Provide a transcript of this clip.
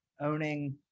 owning